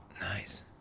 nice